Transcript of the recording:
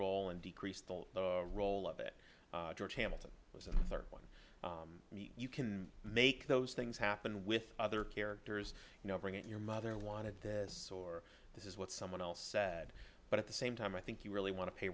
role and decrease the role of it george hamilton was thirty one and you can make those things happen with other characters you know bringing your mother wanted this or this is what someone else said but at the same time i think you really want to pay